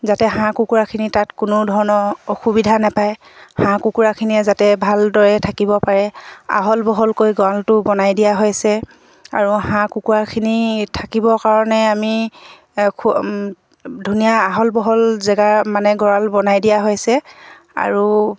যাতে হাঁহ কুকুৰাখিনি তাত কোনো ধৰণৰ অসুবিধা নাপায় হাঁহ কুকুৰাখিনিয়ে যাতে ভালদৰে থাকিব পাৰে আহল বহলকৈ গঁৰালটো বনাই দিয়া হৈছে আৰু হাঁহ কুকুৰাখিনি থাকিবৰ কাৰণে আমি খু ধুনীয়া আহল বহল জেগা মানে গঁৰাল বনাই দিয়া হৈছে আৰু